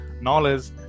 knowledge